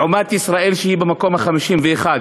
לעומת ישראל, שהיא במקום ה-51.